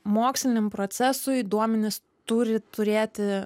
moksliniam procesui duomenys turi turėti